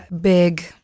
big